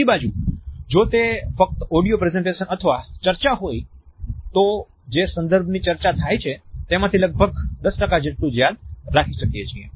બીજી બાજુ જો તે ફક્ત ઓડિયો પ્રેઝન્ટેશન અથવા ચર્ચા હોય તો જે સંદર્ભની ચર્ચા થાય છે તેમાંથી લગભગ 10 જેટલું જ યાદ રાખી શકીએ છીએ